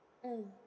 mm